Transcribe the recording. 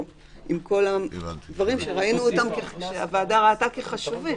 עם כל הדברים שהוועדה ראתה כחשובים.